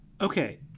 Okay